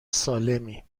سالمی